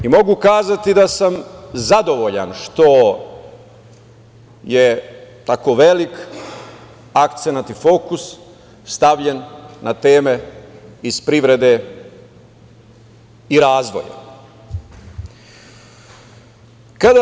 Mogu reći da sam zadovoljan što je tako veliki akcenat i fokus stavljen na teme iz privrede i razvoja.